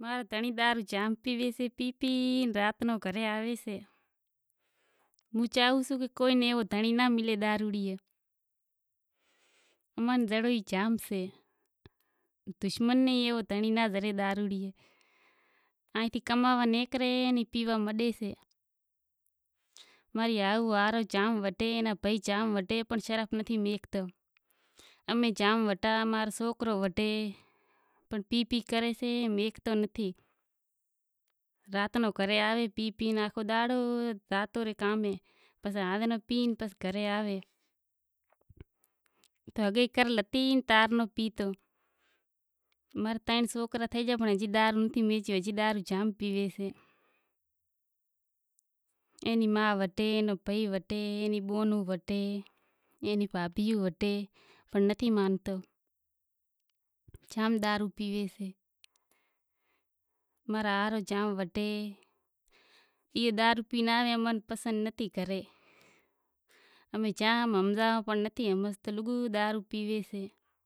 کوئی گھر را کام کراں کوئی اوشینجا ٹھاواں کوئی بھرت بھراں گھر تو ماٹی نا سے پکا گھر سے نہیں، ایک نیں کمانڑی میں پورو تھاتو نتھی تو کچا گھر ٹھراواں، گھر نوں پریوار موٹو سے ماں رو پر جگا سے نہیں ایتلی۔ آدمی نی ترن سو روپیا دہاڑی اے پوری تھاتی نتھی سوکرو ماں رو کام تے زائیسے کوئی